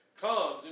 comes